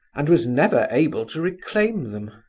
and was never able to reclaim them!